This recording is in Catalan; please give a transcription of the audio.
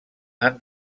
han